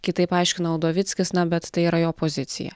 kitaip aiškino udovickis na bet tai yra jo pozicija